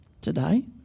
today